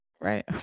right